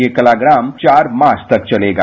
यह कलाग्राम चार मार्च तक चलेगा